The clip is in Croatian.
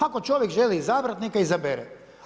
Ako čovjek želi izabrat neka izabere.